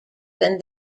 than